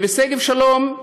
ובשגב שלום,